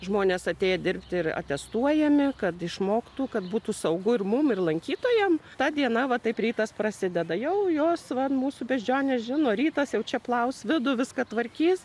žmonės atėję dirbti ir atestuojami kad išmoktų kad būtų saugu ir mum ir lankytojam ta diena va taip rytas prasideda jau jos va mūsų beždžionė žino rytas jau čia plaus vidų viską tvarkys